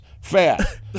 Fat